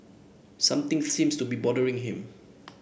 something seems to be bothering him